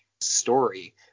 story